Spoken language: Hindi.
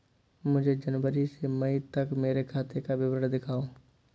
मुझे जनवरी से मई तक मेरे खाते का विवरण दिखाओ?